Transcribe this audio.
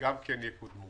שגם כן יקודמו.